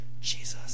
Jesus